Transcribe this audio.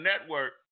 Network